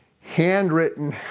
handwritten